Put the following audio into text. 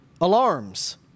alarms